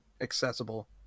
accessible